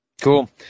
Cool